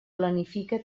planifica